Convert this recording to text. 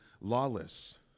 lawless